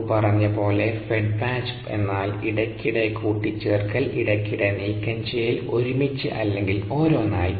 മുന്പ് പറഞ്ഞ പോലെ ഫെഡ് ബാച്ച് എന്നാൽ ഇടയ്ക്കിടെ കൂട്ടിച്ചേർക്കൽ ഇടയ്ക്കിടെ നീക്കംചെയ്യൽ ഒരുമിച്ച് അല്ലെങ്കിൽ ഓരോന്നായി